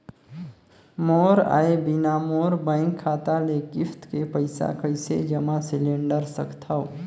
मोर आय बिना मोर बैंक खाता ले किस्त के पईसा कइसे जमा सिलेंडर सकथव?